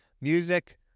Music